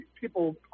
people